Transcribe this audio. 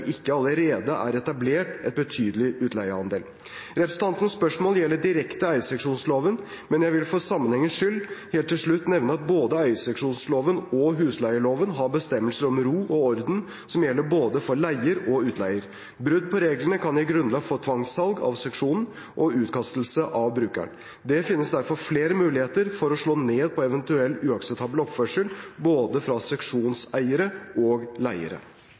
ikke allerede er etablert en betydelig utleieandel. Representantens spørsmål gjelder direkte eierseksjonsloven, men jeg vil for sammenhengens skyld helt til slutt nevne at både eierseksjonsloven og husleieloven har bestemmelser om ro og orden som gjelder både for leier og utleier. Brudd på reglene kan gi grunnlag for tvangssalg av seksjonen og utkastelse av brukeren. Det finnes derfor flere muligheter for å slå ned på eventuell uakseptabel oppførsel både fra seksjonseiere og leiere.